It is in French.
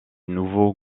nouveau